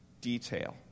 detail